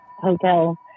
hotel